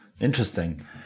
Interesting